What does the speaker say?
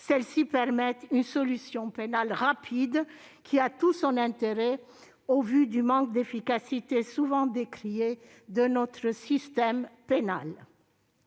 elles permettent une solution pénale rapide qui a tout son intérêt face au manque d'efficacité souvent décrié de notre système pénal.